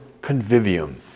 convivium